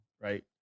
right